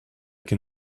can